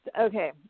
Okay